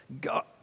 God